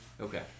Okay